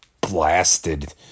blasted